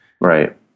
Right